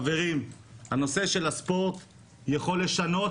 חברים, הנושא של הספורט יכול לשנות